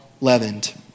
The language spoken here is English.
leavened